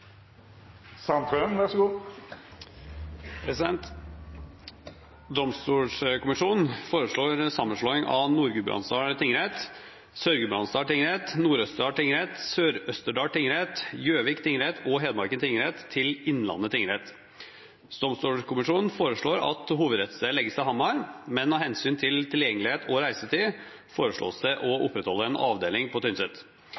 foreslår sammenslåing av Nord-Gudbrandsdal tingrett, Sør-Gudbrandsdal tingrett, Nord-Østerdal tingrett, Sør-Østerdal tingrett, Gjøvik tingrett og Hedmarken tingrett til Innlandet tingrett. Domstolkommisjonen foreslår at hovedrettstedet legges til Hamar, men av hensyn til tilgjengelighet og reisetid foreslås det å opprettholde en avdeling på Tynset.